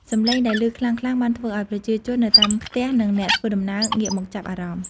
សំឡេងដែលឮខ្លាំងៗបានធ្វើឱ្យប្រជាជននៅតាមផ្ទះ និងអ្នកធ្វើដំណើរងាកមកចាប់អារម្មណ៍។